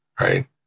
right